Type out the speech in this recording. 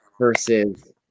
versus